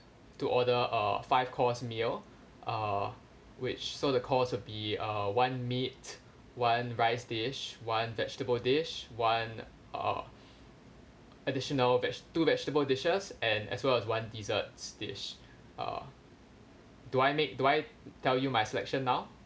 to order uh five course meal uh which so the course will be uh one meat one rice dish one vegetable dish one uh additional veg~ two vegetable dishes and as well as one desserts dish uh do I make do I tell you my selection now